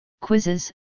quizzes